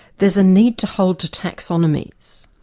there's a need to hold to taxonomies,